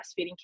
breastfeeding